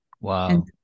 Wow